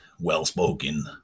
well-spoken